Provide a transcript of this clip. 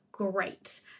great